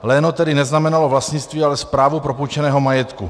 Léno tedy neznamenalo vlastnictví, ale správu propůjčeného majetku.